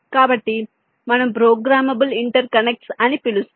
కాబట్టి మనం programmable interconnects అని పిలుస్తాము